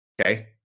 Okay